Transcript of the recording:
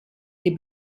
die